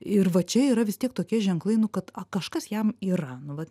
ir va čia yra vis tiek tokie ženklai nu kad kažkas jam yra nu va